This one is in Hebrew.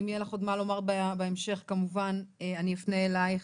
אם יהיה לך מה לומר בהמשך, כמובן שאני אפנה אלייך.